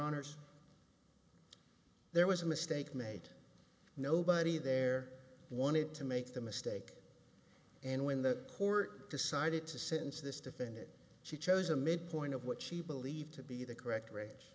honors there was a mistake made nobody there wanted to make the mistake and when the court decided to since this defendant she chose a midpoint of what she believed to be the correct ra